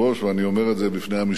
ואני אומר את זה בפני המשפחה,